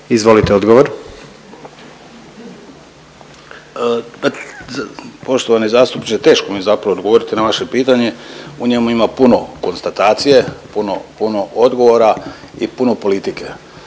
Ivan** Pa poštovani zastupniče teško mi je zapravo odgovoriti na vaše pitanje. U njemu ima puno konstatacije, puno odgovora i puno politike.